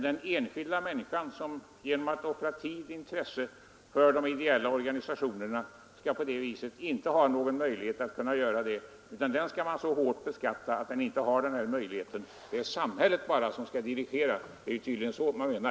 Den enskilda människan som vill offra tid och intresse för de ideella organisationerna får på det viset inte någon möjlighet att göra det. Hon beskattas så hårt att hon inte får den möjligheten. Det är bara samhället som skall dirigera — det är tydligen så man menar.